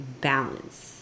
balance